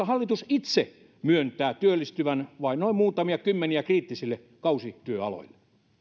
hallitus itse myöntää työllistyvän vain noin muutamia kymmeniä kriittisille kausityöaloille